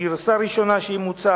בגרסה הראשונה מוצע